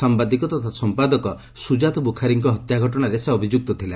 ସାମ୍ଭାଦିକ ତଥା ସମ୍ପାଦକ ଶୁଜାତ ବୁଖାରୀଙ୍କ ହତ୍ୟା ଘଟଣାରେ ସେ ଅଭିଯୁକ୍ତ ଥିଲା